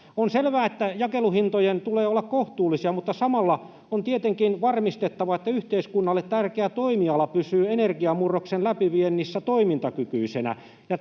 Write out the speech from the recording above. On selvää, että jakeluhintojen tulee olla kohtuullisia, mutta samalla on tietenkin varmistettava, että yhteiskunnalle tärkeä toimiala pysyy energiamurroksen läpiviennissä toimintakykyisenä,